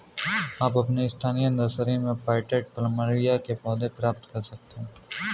आप अपनी स्थानीय नर्सरी में पॉटेड प्लमेरिया के पौधे प्राप्त कर सकते है